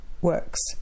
works